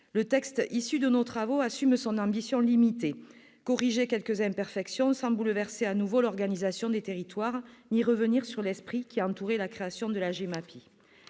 Le texte issu de nos travaux assume son ambition limitée : corriger quelques imperfections, sans bouleverser de nouveau l'organisation des territoires ni revenir sur l'esprit qui a entouré la création de la GEMAPI.